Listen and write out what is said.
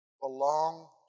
belong